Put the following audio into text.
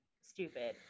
stupid